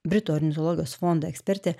britų ornitologijos fondo ekspertė